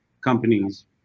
companies